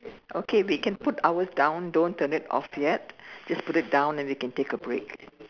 okay we can put ours down don't turn it off yet just put it down and we can take a break